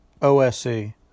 OSC